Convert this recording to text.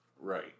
Right